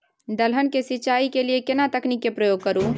दलहन के सिंचाई के लिए केना तकनीक के प्रयोग करू?